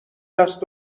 دست